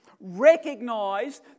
recognize